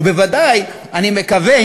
ובוודאי אני מקווה,